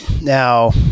Now